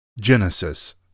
Genesis